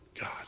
God